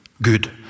Good